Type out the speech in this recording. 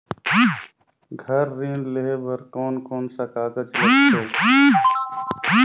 घर ऋण लेहे बार कोन कोन सा कागज लगथे?